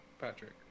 Patrick